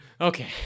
Okay